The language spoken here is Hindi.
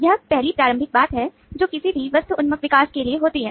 यह पहली प्रारंभिक बात है जो किसी भी वस्तु उन्मुख विकास के लिए होती है